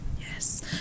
Yes